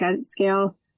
scale